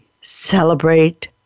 celebrate